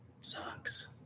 sucks